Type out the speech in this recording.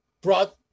brought